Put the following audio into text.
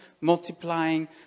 multiplying